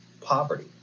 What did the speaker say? poverty